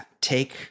Take